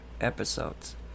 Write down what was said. episodes